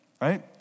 Right